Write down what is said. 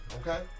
Okay